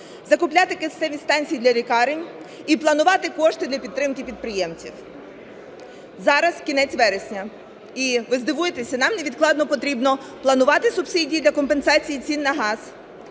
закупляти кисневі станції для лікарень і планувати кошти для підтримки підприємців. Зараз кінець вересня, і, ви здивуєтеся, нам невідкладно потрібно планувати субсидії для компенсації цін на газ,